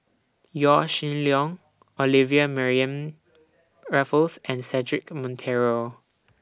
Yaw Shin Leong Olivia Mariamne Raffles and Cedric Monteiro